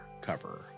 cover